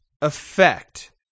effect